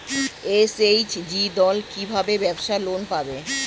SHG দল কী ভাবে ব্যাবসা লোন পাবে?